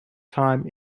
time